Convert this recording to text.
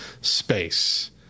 space